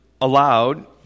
allowed